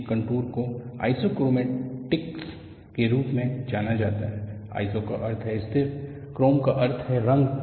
इन contour को isochromatics के रूप में जाना जाता है iso का अर्थ है स्थिर chroma का अर्थ है रंग